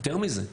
יותר מזה.